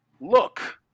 look